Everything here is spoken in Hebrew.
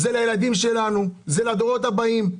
לילדים שלנו, לדורות הבאים.